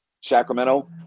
Sacramento